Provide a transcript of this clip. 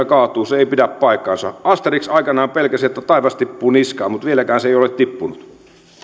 kaatuu ei pidä paikkaansa asterix aikanaan pelkäsi että taivas tippuu niskaan mutta vieläkään se ei ole tippunut